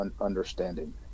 understanding